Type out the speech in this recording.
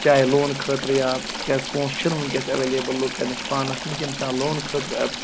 چاہے لون خٲطرٕ یا کیٛازِ پونٛسہٕ چھِنہٕ وٕنۍکٮ۪س اٮ۪ویلیبٕل لُکَن نِش پانَس نِش ییٚمہِ ساتہٕ لونہٕ خٲطرٕ